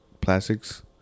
plastics